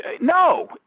No